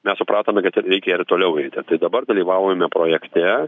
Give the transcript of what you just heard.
mes supratome kad ir reikia ir toliau eiti tai dabar dalyvaujame projekte